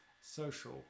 social